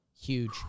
Huge